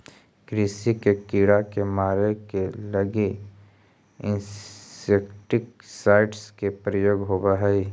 कृषि के कीड़ा के मारे के लगी इंसेक्टिसाइट्स् के प्रयोग होवऽ हई